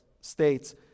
states